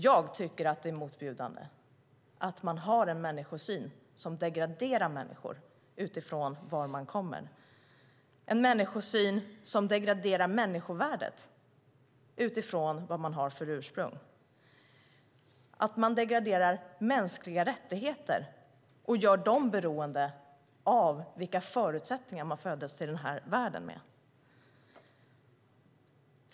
Jag tycker att det är motbjudande med en människosyn som degraderar människor utifrån vad de har för ursprung och som degraderar mänskliga rättigheter och gör dem beroende av vilka förutsättningar som man föddes med till den här världen.